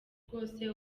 rwose